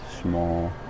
small